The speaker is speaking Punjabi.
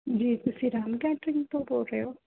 ਜੀ ਤੁਸੀਂ ਰਾਮ ਕੈਟਰਿੰਗ ਤੋਂ ਬੋਲ ਰਹੇ ਹੋ